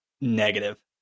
Negative